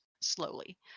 slowly